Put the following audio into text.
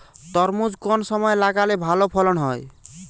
তরমুজ কোন সময় লাগালে ভালো ফলন হয়?